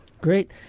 Great